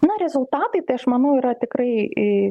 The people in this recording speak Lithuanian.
na rezultatai tai aš manau yra tikrai